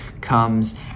comes